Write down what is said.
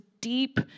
deep